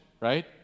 right